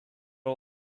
are